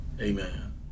Amen